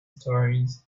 stories